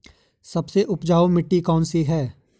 सबसे उपजाऊ मिट्टी कौन सी है?